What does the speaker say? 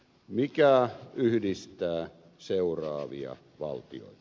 mikä yhdistää seuraavia valtioita